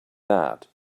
that